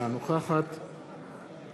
אינה נוכחת